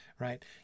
Right